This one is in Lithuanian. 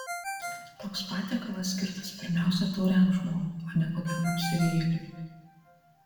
toks patiekalas skirtas pirmiausia tauriam žmogui o ne kokiam apsirijėliui